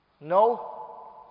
No